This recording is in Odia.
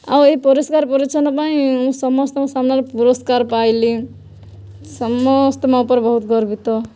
ଆଉ ଏହି ପରିଷ୍କାର ପରିଛନ୍ନ ପାଇଁ ମୁଁ ସମସ୍ତଙ୍କ ସାମ୍ନାରେ ପୁରସ୍କାର ପାଇଲି ସମସ୍ତେ ମୋ ଉପରେ ବହୁତ ଗର୍ବିତ